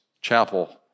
chapel